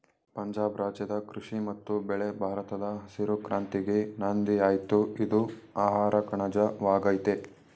ಪಂಜಾಬ್ ರಾಜ್ಯದ ಕೃಷಿ ಮತ್ತು ಬೆಳೆ ಭಾರತದ ಹಸಿರು ಕ್ರಾಂತಿಗೆ ನಾಂದಿಯಾಯ್ತು ಇದು ಆಹಾರಕಣಜ ವಾಗಯ್ತೆ